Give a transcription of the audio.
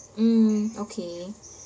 mm okay